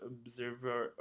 Observer